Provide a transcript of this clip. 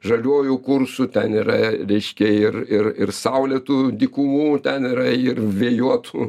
žaliuoju kursu ten yra reiškia ir ir ir saulėtų dykumų ten yra ir vėjuotų